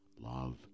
Love